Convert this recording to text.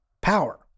power